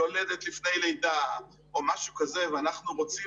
יולדת לפני לידה או משהו כזה ואנחנו רוצים